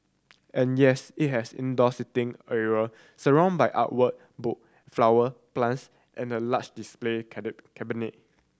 and yes it has indoor seating area surrounded by art work book flower plants and a large display cabinet